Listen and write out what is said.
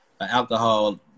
alcohol